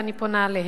ואני פונה אליהם,